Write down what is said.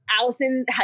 Allison